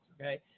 okay